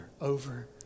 over